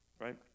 right